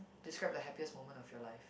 describe the happiest moment of your life